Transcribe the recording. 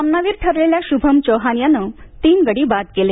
सामनावीर ठरलेल्या शुभम चौहान यानं तीन गडी बाद केले